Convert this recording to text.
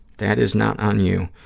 that is not on you.